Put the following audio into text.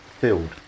field